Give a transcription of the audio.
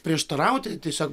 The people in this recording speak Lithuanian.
prieštarauti tiesiog